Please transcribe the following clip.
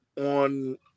on